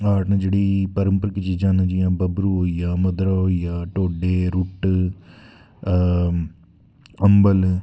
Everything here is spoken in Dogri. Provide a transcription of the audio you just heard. आरप्ट न जेह्ड़ी परम्परागत चीज़ां न जियां बब्बरू होइया मद्धरा होइया ढोड्डे रुट्ट अम्बल